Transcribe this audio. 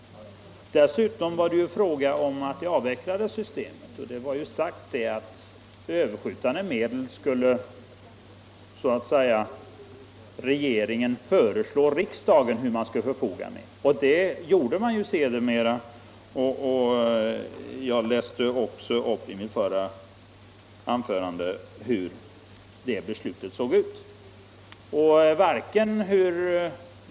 Dessutom avvecklades ju clearingsystemet, och man sade då att regeringen skulle föreslå riksdagen hur man skulle förfoga över de överskjutande medlen. Detta gjorde man också sedermera, och i mitt förra anförande läste jag upp lydelsen av riksdagens beslut.